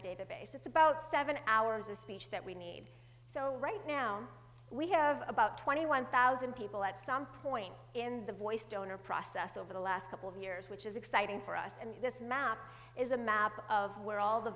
database with about seven hours of speech that we need so right now we have about twenty one thousand people at some point in the voice donor process over the last couple of years which is exciting for us and this map is a map of where all the